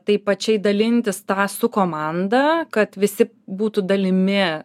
taip plačiai dalintis tą su komanda kad visi būtų dalimi